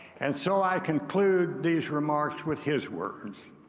and so i conclude these remarks with his words